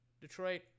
Detroit